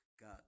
God